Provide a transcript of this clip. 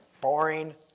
Boring